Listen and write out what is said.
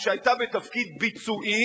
כשהיתה בתפקיד ביצועי,